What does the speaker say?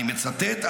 אני מצטט,